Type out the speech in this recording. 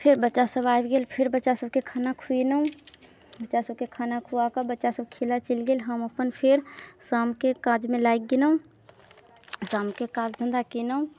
फेर बच्चा सब आबि गेल फेर बच्चा सबके खाना खुएलहुँ बच्चा सबके खाना खुआके बच्चा सब खेलऽ चलि गेल हम अपन फेर शामके काजमे लागि गेलहुँ शामके काज धन्धा केलहुँ